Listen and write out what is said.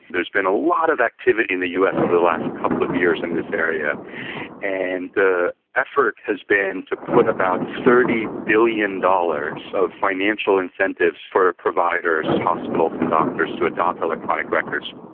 there's been a lot of activity in the us over the last couple of years in this area and that effort has been to put about thirty billion dollars of financial incentives for providers, hospitals and doctors to adopt electronic records.